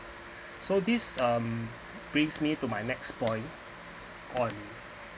so this um brings me to my next point on